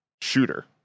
shooter